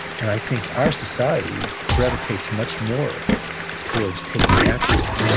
and i think our society gravitates much more towards taking action.